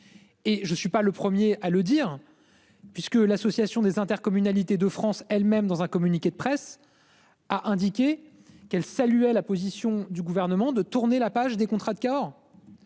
Et je ne suis pas le 1er à le dire. Puisque l'association des intercommunalités de France elles-mêmes dans un communiqué de presse. A indiqué qu'elle saluait la position du gouvernement, de tourner la page des contrats de Cahors.